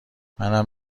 منم